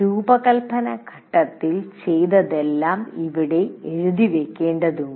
രൂപകൽപ്പന ഘട്ടത്തിൽ ചെയ്തതെല്ലാം ഇവിടെ എഴുതിവയ്ക്കേണ്ടതുണ്ട്